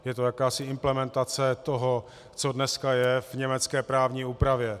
Je to jakási implementace toho, co je dneska v německé právní úpravě.